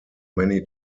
many